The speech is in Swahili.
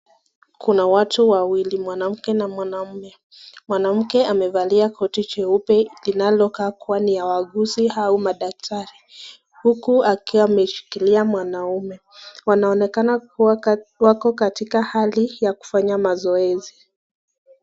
Kuna watu wawili, mwanamke na mwanaume. Mwanamke amevalia koti jeupe linalokaa kuwa ni ya wauguzi au madaktari, huku akiwa ameshikilia mwanaume. Wanaonekana kuwa wako katika hali ya kufanya mazoezi.